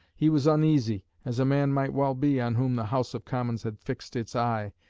he was uneasy, as a man might well be on whom the house of commons had fixed its eye,